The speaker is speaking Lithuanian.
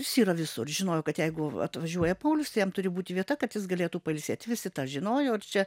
jis yra visur žinojo kad jeigu atvažiuoja paulius tai jam turi būti vieta kad jis galėtų pailsėt visi tą žinojo čia